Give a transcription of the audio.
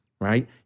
right